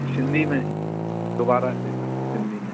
सिंधी में दुबारा से करो सिंधी में